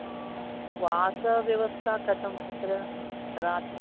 वासव्यवस्था कथं तत्र रात्